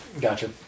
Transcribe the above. Gotcha